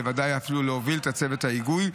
וודאי אפילו להוביל את צוות ההיגוי.